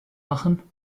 machen